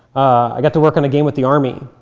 i got to work on a game with the army.